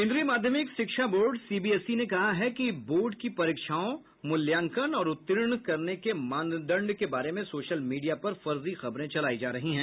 केंद्रीय माध्यमिक शिक्षा बोर्ड सीबीएसई ने कहा है कि बोर्ड की परीक्षाओं मूल्यांकन और उत्तीर्ण करने के मानदण्ड के बारे में सोशल मीडिया पर फर्जी खबरें चलाई जा रही हैं